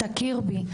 תכיר בי,